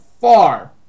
far